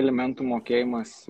alimentų mokėjimas